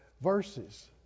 verses